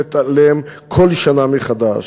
מונפת עליהם כל שנה מחדש,